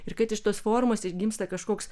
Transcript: ir kad iš tos formos ir gimsta kažkoks